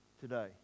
today